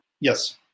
Yes